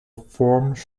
forms